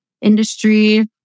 industry